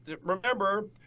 remember